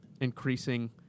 increasing